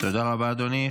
תודה רבה, אדוני.